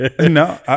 no